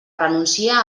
renuncia